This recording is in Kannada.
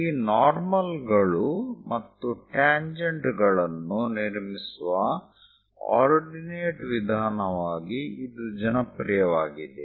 ಈ ನಾರ್ಮಲ್ಗಳು ಮತ್ತು ಟ್ಯಾಂಜೆಂಟ್ ಗಳನ್ನು ನಿರ್ಮಿಸುವ ಆರ್ಡಿನೇಟ್ ವಿಧಾನವಾಗಿ ಇದು ಜನಪ್ರಿಯವಾಗಿದೆ